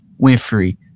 Winfrey